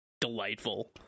delightful